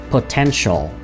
Potential